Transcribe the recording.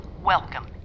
welcome